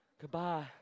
Goodbye